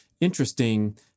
interesting